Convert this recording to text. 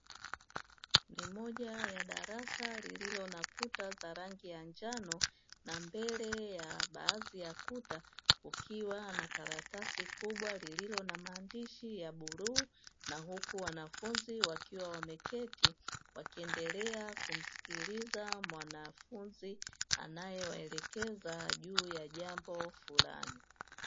Ni moja darasa lililo na kuta za rangi ya njano, na mbele ya baadhi ya kuta kukiwa na karatasi kubwa lililo na maandishi ya buluu, na huku wanafunzi wakiwa wameketi wakiendelea kumsikliza mwananfunzi anayewaelekeza juu ya jambo fulani.